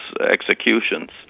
executions